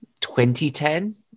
2010